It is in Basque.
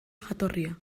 jatorria